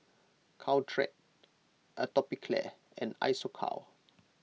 Caltrate Atopiclair and Isocal